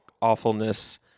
awfulness